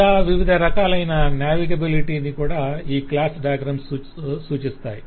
ఇలా వివిధ రకాలైన నావిగేబిలిటీ ని ఈ క్లాస్ డయాగ్రమ్స్ సూచిస్తాయి